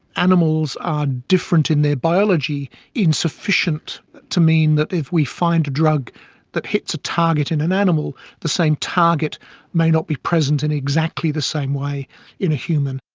animals are different in their biology insufficient to mean that if we find a drug that hits a target in an animal, the same target may not be present in exactly the same way in a human.